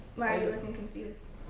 why you looking confused?